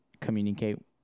communicate